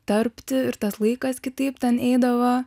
tarpti ir tas laikas kitaip ten eidavo